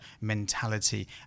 mentality